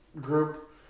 group